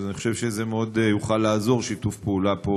אני חושב שזה יוכל לעזור מאוד, שיתוף פעולה פה